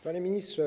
Panie Ministrze!